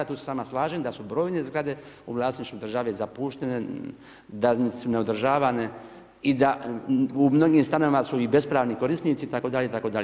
Tu se sa vama slažem da su brojne zgrade u vlasništvu države zapuštene, da su neodržavane i da u mnogim stanovima su i bespravni korisnici itd. itd.